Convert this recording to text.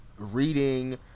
Reading